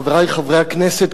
חברי חברי הכנסת,